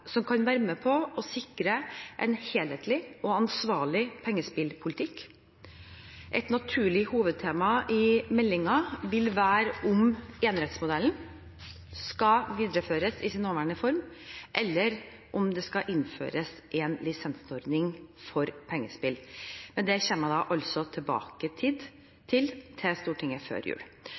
som kan være med på å sikre en helhetlig og ansvarlig pengespillpolitikk. Et naturlig hovedtema i meldingen vil være om enerettsmodellen skal videreføres i sin nåværende form, eller om det skal innføres en lisensordning for pengespill, men det kommer jeg altså tilbake til overfor Stortinget før jul.